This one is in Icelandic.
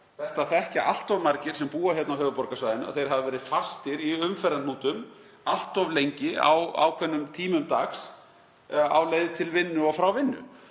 Það þekkja allt of margir sem búa hérna á höfuðborgarsvæðinu. Þeir hafa verið fastir í umferðarhnútum, allt of lengi á ákveðnum tímum dags, á leið til og frá vinnu.